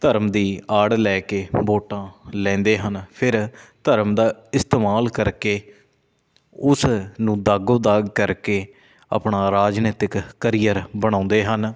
ਧਰਮ ਦੀ ਆੜ ਲੈ ਕੇ ਵੋਟਾਂ ਲੈਂਦੇ ਹਨ ਫਿਰ ਧਰਮ ਦਾ ਇਸਤੇਮਾਲ ਕਰਕੇ ਉਸ ਨੂੰ ਦਾਗੋ ਦਾਗ ਕਰਕੇ ਆਪਣਾ ਰਾਜਨੀਤਿਕ ਕਰੀਅਰ ਬਣਾਉਂਦੇ ਹਨ